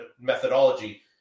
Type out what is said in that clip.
methodology